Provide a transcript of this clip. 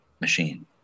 machine